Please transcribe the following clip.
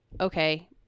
okay